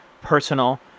personal